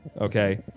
okay